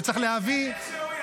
שצריך להביא --- איכשהו ידעתי.